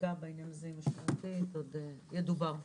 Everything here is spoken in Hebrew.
החקיקה בעניין הזה, עוד ידובר בה.